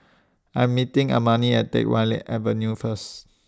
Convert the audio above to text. I'm meeting Amani At Teck Whye Avenue First